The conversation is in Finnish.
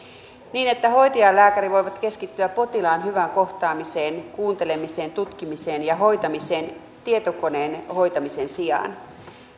niin että hoitaja ja lääkäri voivat keskittyä potilaan hyvään kohtaamiseen kuuntelemiseen tutkimiseen ja hoitamiseen tietokoneen hoitamisen sijaan